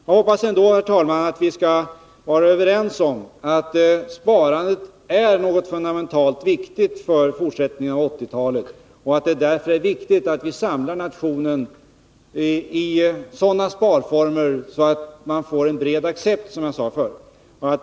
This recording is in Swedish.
Jag hoppas ändå, herr talman, att vi skall vara överens om att sparandet är av fundamental betydelse för fortsättningen av 1980-talet och att det därför är viktigt att vi samlar nationen i sådana sparformer att man får en bred accept, som jag sade förut.